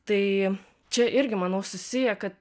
tai čia irgi manau susiję kad